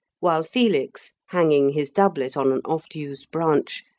while felix, hanging his doublet on an oft-used branch,